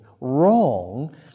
wrong